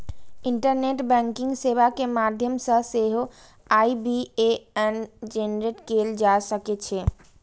internet banking सेवा के माध्यम सं सेहो आई.बी.ए.एन जेनरेट कैल जा सकै छै